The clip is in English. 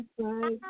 Bye